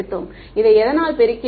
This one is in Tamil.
இதை எதனால் பெருக்கினோம்